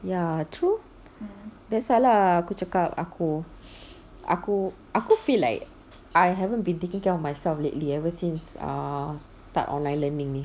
ya true that's why lah aku cakap aku aku aku feel like I haven't been taking care of myself lately ever since err start online learning ni